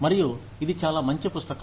మరియు ఇది చాలా మంచి పుస్తకం